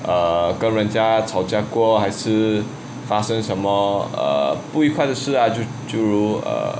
err 跟人家吵架过还是发生什么 err 不愉快的事啊就就如